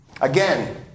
Again